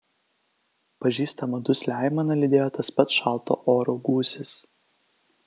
pažįstamą duslią aimaną lydėjo tas pats šalto oro gūsis